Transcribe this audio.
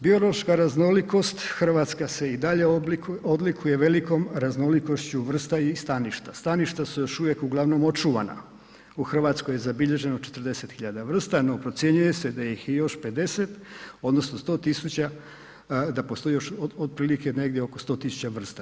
Biološka raznolikost, RH se i dalje odlikuje velikom raznolikošću vrsta i staništa, staništa su još uvijek uglavnom očuvana, u RH je zabilježeno 40 000 vrsta, no procjenjuje se da ih je još 50 odnosno 100 000 da postoji još otprilike negdje oko 100 000 vrsta.